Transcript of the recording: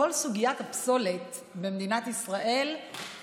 כל סוגיית הפסולת במדינת ישראל,